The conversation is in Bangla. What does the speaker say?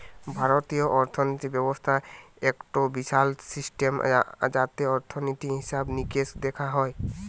ভারতীয় অর্থিনীতি ব্যবস্থা একটো বিশাল সিস্টেম যাতে অর্থনীতি, হিসেবে নিকেশ দেখা হয়